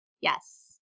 Yes